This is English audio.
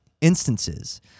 instances